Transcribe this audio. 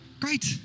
Great